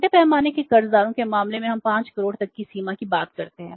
छोटे पैमाने के कर्जदारों के मामले में हम 5 करोड़ तक की सीमा की बात करते हैं